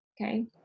okay